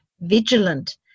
vigilant